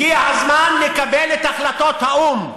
הגיע הזמן לקבל את החלטות האו"ם.